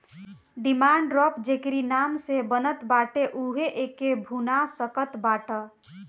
demand draft जेकरी नाम से बनत बाटे उहे एके भुना सकत बाटअ